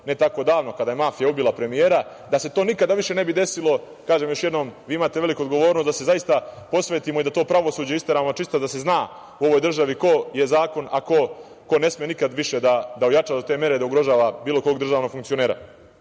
ne tako davno, kada je mafija ubila premijera. Da se to više nikada ne bi desilo, kažem još jednom, vi imate veliku odgovornost da se zaista posvetimo i da to pravosuđe isteramo na čistac, da se zna u ovoj državi ko je zakon, a ko ne sme nikad više da ojača do te mere da ugrožava bilo kog državnog funkcionera. Mi